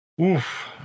oof